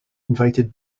invited